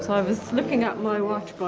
so i was looking at my watch, but